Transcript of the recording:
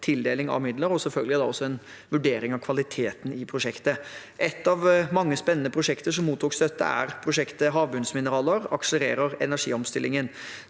og selvfølgelig også en vurdering av kvaliteten i prosjektet. Ett av mange spennende prosjekter som mottok støtte, er prosjektet Havbunnsmineraler – akselererer energiomstillingen,